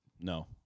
No